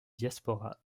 diaspora